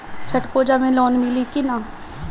छठ पूजा मे लोन मिली की ना?